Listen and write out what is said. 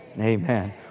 Amen